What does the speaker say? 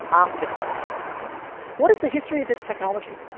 ask yourself what is the history of this technology?